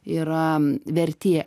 yra vertė